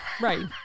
right